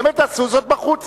באמת, תעשו זאת בחוץ.